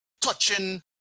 touching